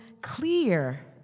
clear